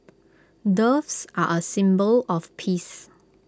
doves are A symbol of peace